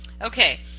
okay